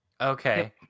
Okay